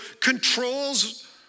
controls